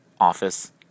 office